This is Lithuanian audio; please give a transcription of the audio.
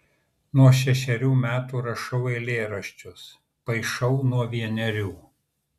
nuo šešerių metų rašau eilėraščius paišau nuo vienerių